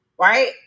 right